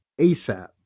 ASAP